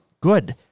good